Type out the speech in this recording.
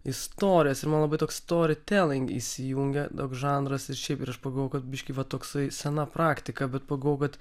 istorijas ir man labai toks stori teling įsijungia toks žanras ir šiaip aš pagalvojau kad biškį va toksai sena praktika bet pagalvojau kad